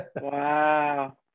Wow